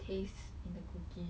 taste in the cookie